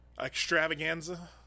extravaganza